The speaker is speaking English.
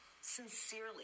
sincerely